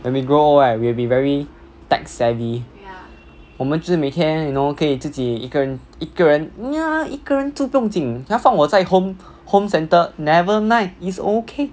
when we grow old right we will be very tech savy 我们就是每天 you know 可以自己一个人一个人 ya 一个人住不用紧他放我在 home home centre never mind is okay